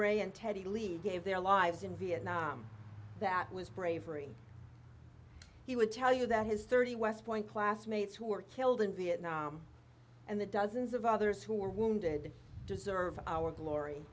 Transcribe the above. ray and teddy leave gave their lives in vietnam that was bravery he would tell you that his thirty west point classmates who were killed in vietnam and the dozens of others who were wounded deserve our glory